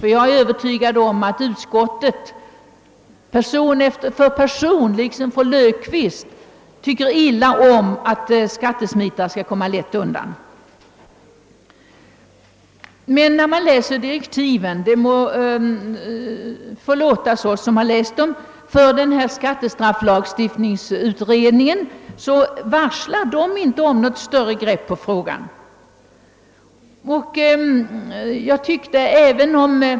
Men jag är övertygad om att alla ledamöter i utskottet liksom fru Löfqvist tycker illa om att skattesmitarna kommer lätt undan. När man läser utredningens direktiv får man inte intryck av att de varslar om något större grepp på hela frågan. Det får förlåtas mig att jag säger det.